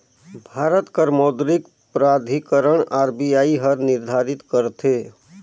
भारत कर मौद्रिक प्राधिकरन आर.बी.आई हर निरधारित करथे